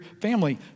family